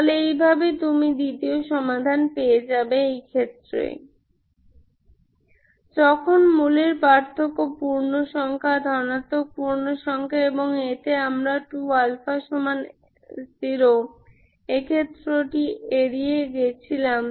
তাহলে এইভাবে তুমি দ্বিতীয় সমাধান পেয়ে যাবে এই ক্ষেত্রে যখন রুটের পার্থক্য পূর্ণ সংখ্যা ধনাত্মক পূর্ণ সংখ্যা এবং এতে আমরা 2α0 এক্ষেত্রটি এড়িয়ে গেছিলাম